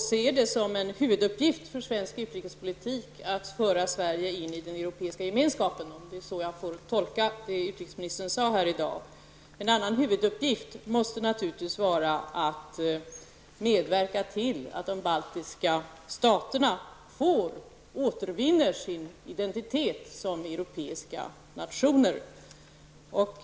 ser det som en huvuduppgift för svensk utrikespolitik att föra Sverige in i den europeiska gemenskapen -- om det är så jag får tolka det som utrikesministern sade här i dag. En annan huvuduppgift måste naturligtvis vara att medverka till att de baltiska staterna återvinner sin identitet som europeiska nationer.